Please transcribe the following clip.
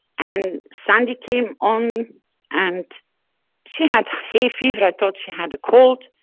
and sandy came on and she had hay fever, i thought she had a cold,